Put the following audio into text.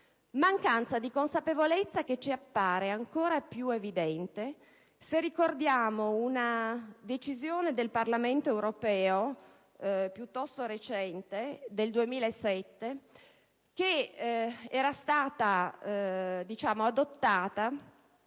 mancanza di consapevolezza ci appare ancora più evidente se ricordiamo una decisione del Parlamento europeo piuttosto recente (del 2007), adottata